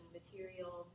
material